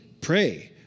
pray